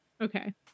okay